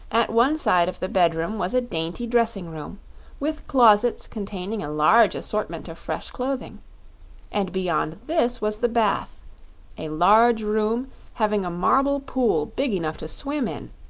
at one side of the bedroom was a dainty dressing-room with closets containing a large assortment of fresh clothing and beyond this was the bath a large room having a marble pool big enough to swim in,